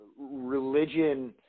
religion